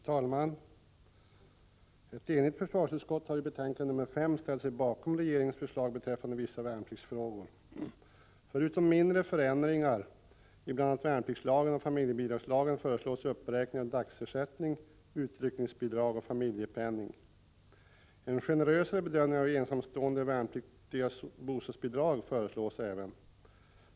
Fru talman! Ett enigt försvarsutskott har i betänkande nr 5 ställt sig bakom regeringens förslag beträffande vissa värnpliktsfrågor. Förutom mindre ändringar i bl.a. värnpliktslagen och familjebidragslagen föreslås uppräkning av dagersättning, utryckningsbidrag och familjepenning. En generösare bedömning av ensamstående värnpliktigas bostadsbidrag föreslås även.